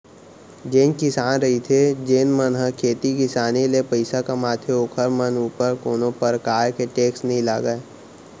जेन किसान रहिथे जेन मन ह खेती किसानी ले पइसा कमाथे ओखर मन ऊपर कोनो परकार के टेक्स नई लगय